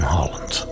Holland